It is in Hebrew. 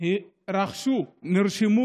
נרשמו